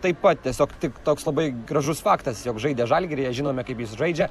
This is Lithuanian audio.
taip pat tiesiog tik toks labai gražus faktas jog žaidė žalgiryje žinome kaip jis žaidžia